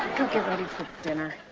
get ready for dinner.